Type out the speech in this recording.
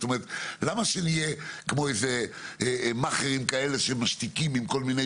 למה שנהיה כמו "מאכערים" כאלה שמשתיקים עם כול מיני